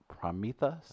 Prometheus